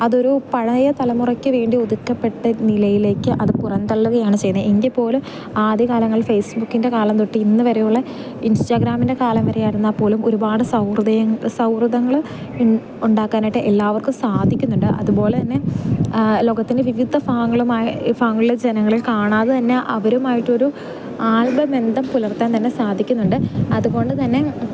അതൊരു പഴയ തലമുറയ്ക്കുവേണ്ടി ഒതുക്കപ്പെട്ട നിലയിലേക്ക് അത് പുറം തള്ളുകയാണ് ചെയ്യുന്നത് എങ്കിൽപ്പോലും ആദ്യകാലങ്ങളിൽ ഫേസ്ബുക്കിൻ്റെ കാലം തൊട്ട് ഇന്നുവരെ ഉള്ള ഇൻസ്റ്റാഗ്രാമിൻ്റെ കാലംവരെ ആയിരുന്നാൽപ്പോലും ഒരുപാട് സൗഹൃദയങ്ങൾ സൗഹൃദങ്ങൾ ഈ ഉണ്ടാക്കാനായിട്ട് എല്ലാവർക്കും സാധിക്കുന്നുണ്ട് അതുപോലെതന്നെ ലോകത്തിൻ്റെ വിവിധ ഭാഗങ്ങളുമായി ഭാഗങ്ങളിലെ ജനങ്ങളിൽ കാണാതെ തന്നെ അവരുമായിട്ടൊരു ആത്മബന്ധം പുലർത്താൻ തന്നെ സാധിക്കുന്നുണ്ട് അതുകൊണ്ടുതന്നെ